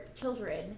children